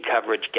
coverage